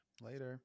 Later